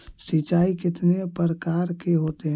सिंचाई कितने प्रकार के होते हैं?